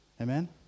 Amen